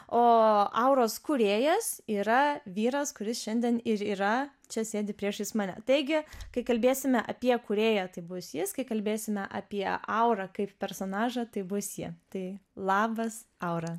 o auros kūrėjas yra vyras kuris šiandien ir yra čia sėdi priešais mane taigi kai kalbėsime apie kūrėją tai bus jis kai kalbėsime apie aurą kaip personažą tai bus ji tai labas aura